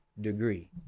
degree